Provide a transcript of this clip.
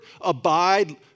abide